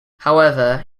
however